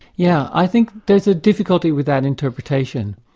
yeah i think there's a difficulty with that interpretation.